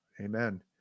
amen